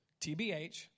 TBH